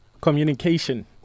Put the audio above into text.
Communication